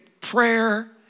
prayer